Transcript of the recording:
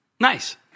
Nice